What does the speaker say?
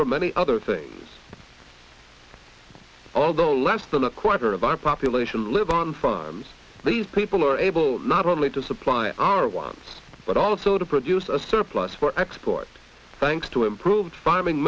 for many other things although less than a quarter of our population live on farms these people are able not only to supply our wants but also to produce a surplus for export thanks to improved farming